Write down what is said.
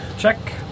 check